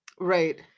Right